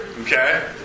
okay